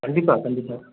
கண்டிப்பாக கண்டிப்பாக